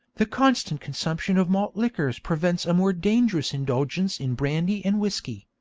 the constant consumption of malt liquors prevents a more dangerous indulgence in brandy and whisky.